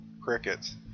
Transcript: crickets